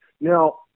Now